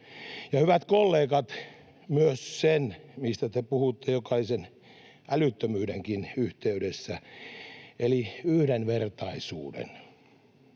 hyvät kollegat, myös sen, mistä te puhutte jokaisen älyttömyydenkin yhteydessä, eli yhdenvertaisuuden.